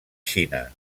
xina